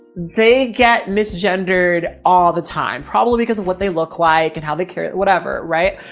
they get mis-gendered all the time probably because of what they look like and how they carry whatever. right?